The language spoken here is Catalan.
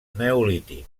neolític